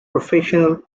professional